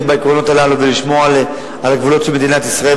בעקרונות הללו ולשמור על גבולות מדינת ישראל,